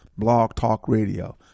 BlogTalkRadio